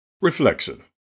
Reflection